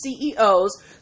CEOs